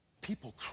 People